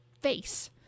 face